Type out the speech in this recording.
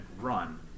run